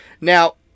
Now